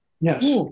Yes